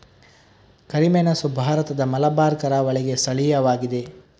ಕರಿಮೆಣಸು ಭಾರತದ ಮಲಬಾರ್ ಕರಾವಳಿಗೆ ಸ್ಥಳೀಯವಾಗಿದೆ